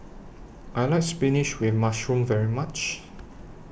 I like Spinach with Mushroom very much